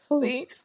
See